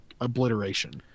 obliteration